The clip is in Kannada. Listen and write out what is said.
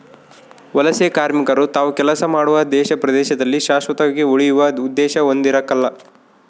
ವಲಸೆಕಾರ್ಮಿಕರು ತಾವು ಕೆಲಸ ಮಾಡುವ ದೇಶ ಪ್ರದೇಶದಲ್ಲಿ ಶಾಶ್ವತವಾಗಿ ಉಳಿಯುವ ಉದ್ದೇಶ ಹೊಂದಿರಕಲ್ಲ